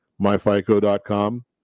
myfico.com